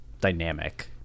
dynamic